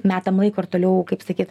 metam laiko ir toliau kaip sakyt